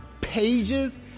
pages